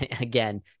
again